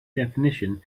definition